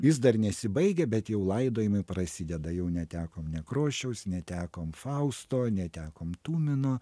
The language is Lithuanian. jis dar nesibaigia bet jau laidojimai prasideda jau netekom nekrošiaus netekom fausto netekom tumino